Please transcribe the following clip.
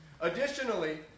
Additionally